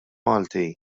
malti